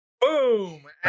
Boom